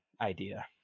idea